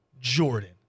Jordan